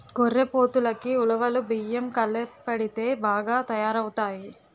గొర్రెపోతులకి ఉలవలు బియ్యం కలిపెడితే బాగా తయారవుతాయి